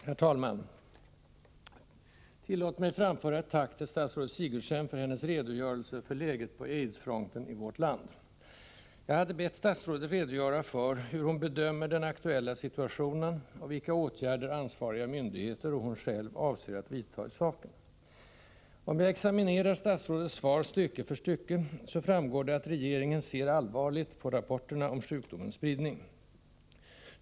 Herr talman! Tillåt mig framföra ett tack till statsrådet Sigurdsen för hennes redogörelse för läget på AIDS-fronten i vårt land. Jag hade bett statsrådet redogöra för hur hon bedömer den aktuella situationen, och vilka åtgärder ansvariga myndigheter och hon själv avser att vidta i saken. Om jag examinerar statsrådets svar stycke för stycke, så framgår det att regeringen ser allvarligt på rapporterna om sjukdomens spridning.